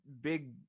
big